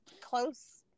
close